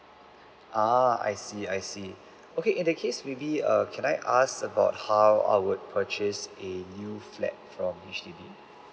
ah I see I see okay in that case maybe err can I ask about how I would purchase a new flat from H_D_B